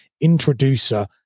introducer